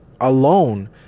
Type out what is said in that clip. alone